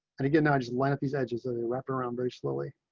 and again, i just wanted these edges of the wrapper around very slowly.